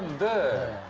the